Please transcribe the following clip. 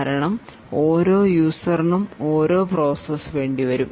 കാരണം ഓരോ യൂസർ നും ഓരോ പ്രോസസ് വേണ്ടിവരും